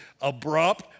abrupt